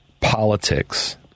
politics